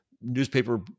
Newspaper